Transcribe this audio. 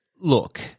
look